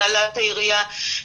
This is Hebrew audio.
הנהלת העירייה.